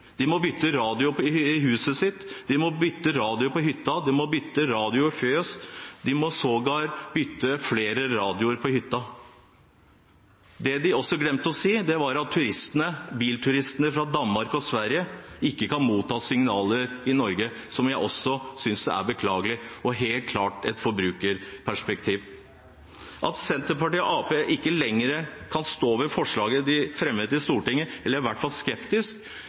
de må bytte radio i huset sitt, de må bytte radio på hytta, de må bytte radio i fjøset. De må sågar bytte flere radioer på hytta. Det de også glemte å si, var at bilturistene fra Danmark og Sverige ikke kan motta signaler i Norge, noe jeg også synes er beklagelig og helt klart et forbrukerperspektiv. At Senterpartiet og Arbeiderpartiet ikke lenger kan stå ved forslaget de fremmet i Stortinget, eller i hvert fall